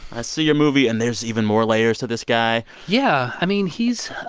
i see your movie, and there's even more layers to this guy yeah. i mean, he's,